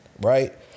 Right